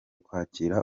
kwakira